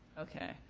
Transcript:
okay.